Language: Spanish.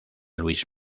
luis